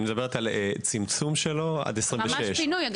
את מדברת על הצמצום שלו עד 2026. ממש פינוי.